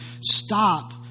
stop